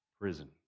prison